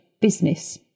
business